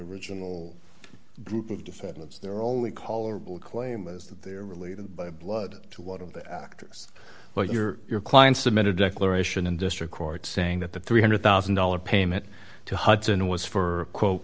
original group of defendants their only caller will claim is that they are related by blood to one of the actors well your your client submitted declaration in district court saying that the three hundred thousand dollars payment to hudson was for quote